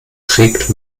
trägt